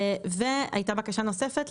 והייתה בקשה נוספת,